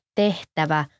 tehtävä